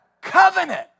covenant